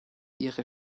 ihre